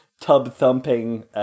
tub-thumping